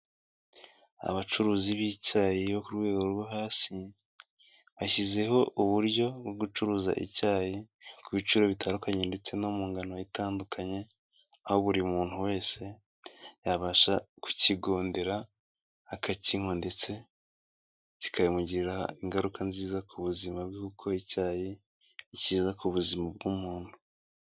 Abacuruzi b'icyayi bo ku rwego rwo hasi, bashyizeho uburyo bwo gucuruza icyayi ku biciro bitandukanye ndetse no mu ngano itandukanye, aho buri muntu wese yabasha kukigondera akacyinywa ndetse kikamugirira ingaruka nziza ku buzima bwe, kuko icyayi ni cyiza ku buzima bw'umuntu.